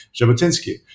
Jabotinsky